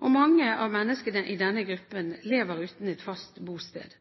Mange av menneskene i denne gruppen lever uten et fast bosted.